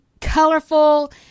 colorful